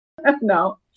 No